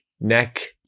neck